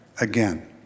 again